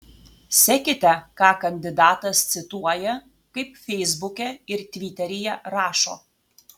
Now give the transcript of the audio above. sekite ką kandidatas cituoja kaip feisbuke ir tviteryje rašo